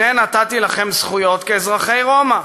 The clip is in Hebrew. הנה נתתי לכם זכויות כאזרחי רומא,